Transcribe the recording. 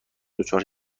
دچار